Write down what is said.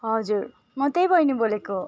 हजुर म त्यही बहिनी बोलेको